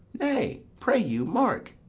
nay, pray you, mark.